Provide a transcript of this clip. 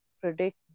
predict